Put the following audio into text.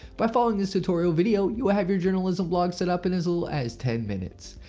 by following this tutorial video, you have your journalism blog set up in as little as ten minutes.